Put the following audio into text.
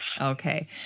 Okay